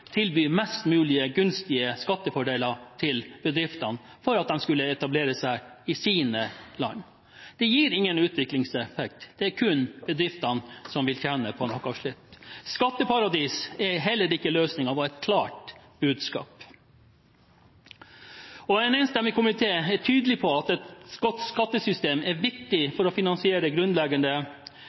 tilby mest mulig gunstige skattefordeler til bedrifter for at de skal etablere seg i deres land. Det gir ingen utviklingseffekt, det er kun bedriftene som vil tjene på noe slikt. Skatteparadis er heller ikke løsningen, var et klart budskap. En enstemmig komité er tydelig på at et godt skattesystem er viktig for å finansiere grunnleggende